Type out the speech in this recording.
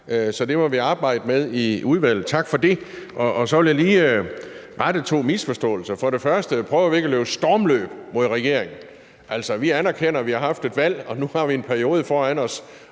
så det må vi arbejde med i udvalget. Tak for det. Så vil jeg lige rette to misforståelser. For det første prøver vi ikke at løbe stormløb mod regeringen. Altså, vi anerkender, at vi har haft et valg, og at vi nu har en periode foran os,